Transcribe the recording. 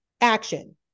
action